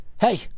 hey